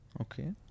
Okay